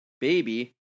baby